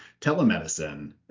telemedicine